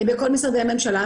בכל משרדי הממשלה,